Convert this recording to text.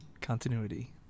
continuity